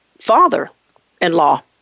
father-in-law